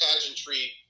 pageantry